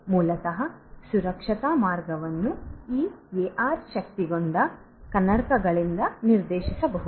ಮೂಲತಃ ಸುರಕ್ಷಿತ ಮಾರ್ಗವನ್ನು ಈ ಎಆರ್ ಶಕ್ತಗೊಂಡ ಗಾಜಿಗೆ ನಿರ್ದೇಶಿಸಬಹುದು